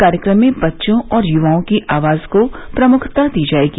कार्यक्रम में बच्चों और युवाओं की आवाज को प्रमुखता दी जाएगी